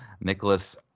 Nicholas